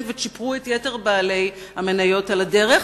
וצ'יפרו את יתר בעלי המניות על הדרך.